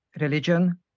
religion